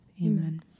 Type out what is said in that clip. Amen